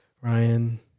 ryan